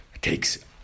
takes